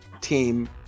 team